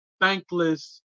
thankless